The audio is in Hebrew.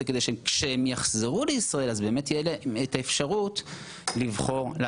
כדי שכשהם יחזרו לישראל תהיה להם אפשרות לבחור.